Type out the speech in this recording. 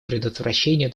предотвращения